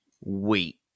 wait